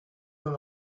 dans